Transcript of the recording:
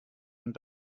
and